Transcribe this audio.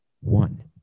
one